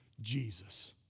Jesus